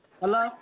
Hello